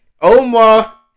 Omar